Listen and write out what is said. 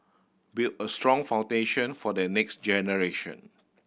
build a strong foundation for the next generation